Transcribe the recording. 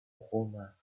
romain